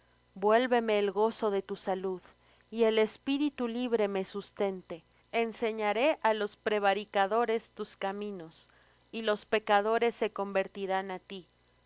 vuélveme el gozo de tu salud y el espíritu libre me sustente enseñaré á los prevaricadores tus caminos y los pecadores se convertirán á ti